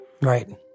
Right